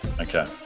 Okay